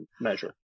measure